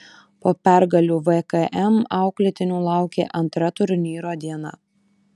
po pergalių vkm auklėtinių laukė antra turnyro diena